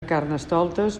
carnestoltes